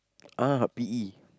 ah P_E